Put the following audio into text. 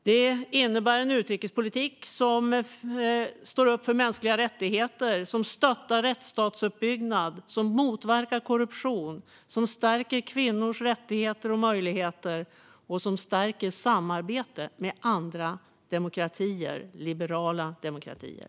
Det innebär en utrikespolitik som står upp för mänskliga rättigheter, som stöttar rättsstatsuppbyggnad, som motverkar korruption, som stärker kvinnors rättigheter och möjligheter och som stärker samarbete med andra liberala demokratier.